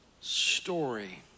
story